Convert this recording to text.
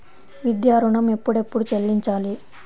విద్యా ఋణం ఎప్పుడెప్పుడు చెల్లించాలి?